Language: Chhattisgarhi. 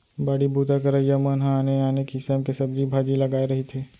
बाड़ी बूता करइया मन ह आने आने किसम के सब्जी भाजी लगाए रहिथे